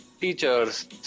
teachers